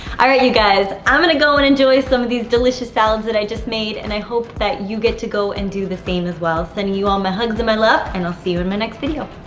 right, you guys. i'm going to go and enjoy some of these delicious salads that i just made, and i hope that you get to go and do the same as well. sending you all my hugs and my love, and i'll see you in my next video.